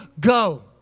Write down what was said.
go